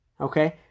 Okay